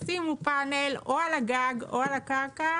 שימו פאנל על הגג או על הקרקע